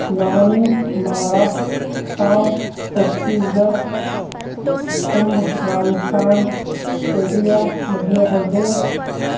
لونی مہاراشٹر چھاؤں چھتیس گڑھ کمبھ راجستھان پیدیا مدھیہ پردیش